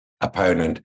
opponent